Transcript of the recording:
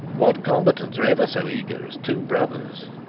what combatants are ever so eager as two brothers